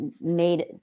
Made